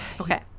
Okay